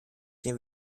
den